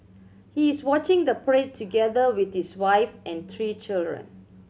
he is watching the parade together with his wife and three children